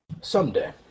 Someday